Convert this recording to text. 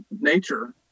nature